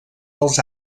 dels